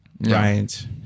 right